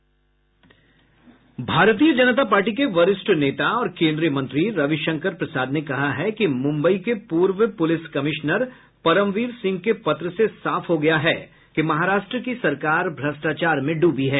भाजपा के वरिष्ठ नेता और केंद्रीय मंत्री रविशंकर प्रसाद ने कहा है कि मुंबई के पूर्व पुलिस कमिश्नर परमवीर सिंह के पत्र से साफ हो गया है कि महाराष्ट्र की सरकार भ्रष्टाचार में डूबी है